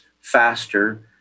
faster